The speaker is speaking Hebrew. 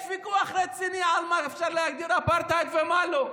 יש ויכוח רציני על מה אפשר להגדיר אפרטהייד ומה לא,